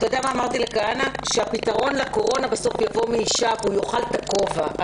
אמרתי לכהנא שהפתרון לקורונה בסוף יבוא מאישה והוא יאכל את הכובע.